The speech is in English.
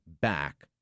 back